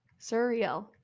surreal